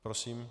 Prosím.